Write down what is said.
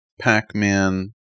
pac-man